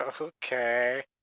okay